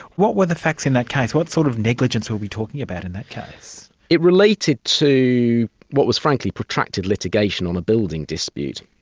what were the facts in that case, what sort of negligence were we talking about in that case? it related to what was frankly protracted litigation on a building dispute.